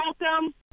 welcome